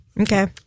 Okay